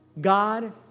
God